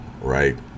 right